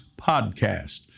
podcast